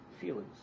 feelings